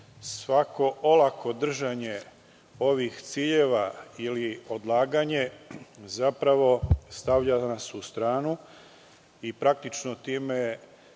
Svako olako držanje ovih ciljeva ili odlaganje zapravo nas stavlja u stranu i praktično time